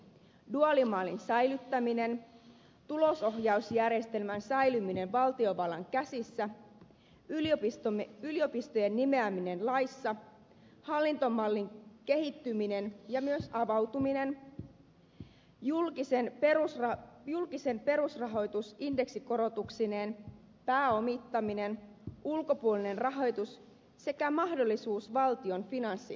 duaalimallin säilyttäminen tulosohjausjärjestelmän säilyminen valtiovallan käsissä yliopistojen nimeäminen laissa hallintomallin kehittyminen ja myös avautuminen julkinen perusrahoitus indeksikorotuksineen pääomittaminen ulkopuolinen rahoitus sekä mahdollisuus valtion finanssisijoituksiin